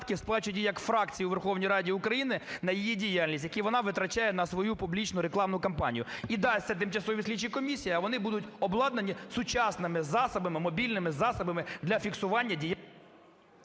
сплачують їй як фракції у Верховній Раді України на її діяльність, які вона витрачає на свою публічну рекламну кампанію, і дасть це тимчасовій слідчій комісії, а вони будуть обладнані сучасними засобами, мобільними засобами для фіксування… ГОЛОВУЮЧИЙ.